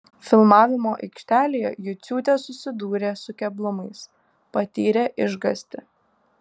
filmavimo aikštelėje juciūtė susidūrė su keblumais patyrė išgąstį